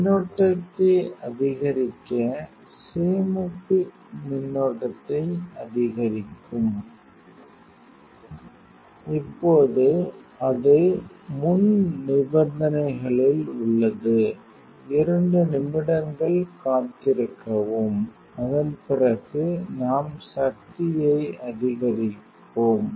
மின்னோட்டத்தை அதிகரிக்க சேமிப்பு மின்னோட்டத்தை அதிகரிக்கும் இப்போது அது முன்நிபந்தனையில் உள்ளது 2 நிமிடங்கள் காத்திருக்கவும் அதன் பிறகு நாம் சக்தியை அதிகரிப்போம்